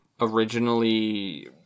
originally